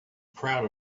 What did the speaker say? proud